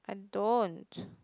I don't